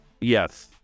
yes